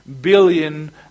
billion